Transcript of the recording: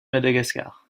madagascar